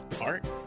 art